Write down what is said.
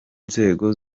inzego